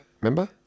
remember